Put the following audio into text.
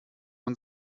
man